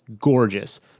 gorgeous